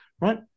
right